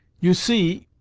you see,